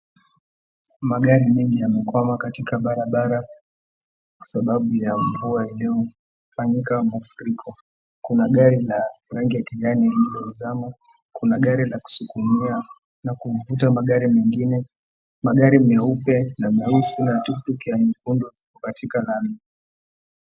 Magari mengi yamekwama katika barabara kwasababu ya mvua iliyosababisha mafuriko. Kuna gari la rangi ya kijani lililozama, kuna gari la kusukumia na kuna magari mengine, magari meupe na meusi na tuktuk ya nyekundu katika lami.